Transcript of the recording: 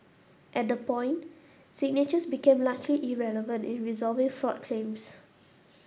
at the point signatures became largely irrelevant in resolving fraud claims